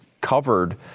covered